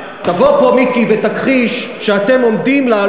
למה אתה מתעלם?